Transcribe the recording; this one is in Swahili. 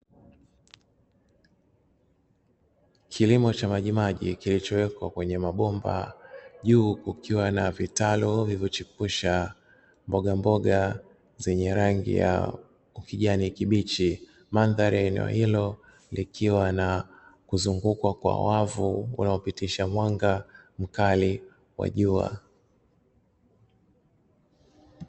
Kilimo cha majimaji kilichowekwa kwenye mabomba juu kukiwa na vitalu vilivyochipusha mbogamboga zenye rangi ya majani ya kijani kibichi, mandhari ya eneo hilo likiwa limezungushiwa wavu unaopitisha mwanga mkali wa jua.